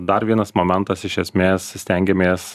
dar vienas momentas iš esmės stengiamės